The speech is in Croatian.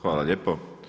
Hvala lijepo.